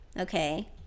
okay